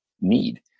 need